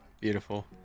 Beautiful